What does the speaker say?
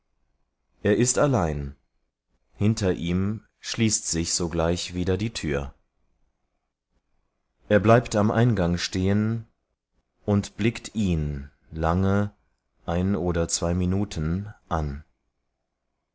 er ist allein hinter ihm schließt sich das tor er bleibt am eingange stehen und sieht ihm lange ein bis zwei minuten lang